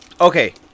Okay